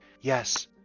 Yes